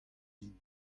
din